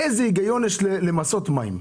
איזה היגיון יש למסות מים?